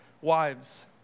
Wives